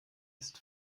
ist